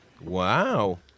wow